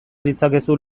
ditzakezu